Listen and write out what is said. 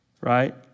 right